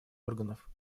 органов